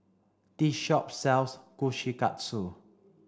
this shop sells Kushikatsu